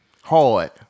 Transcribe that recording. hard